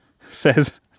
says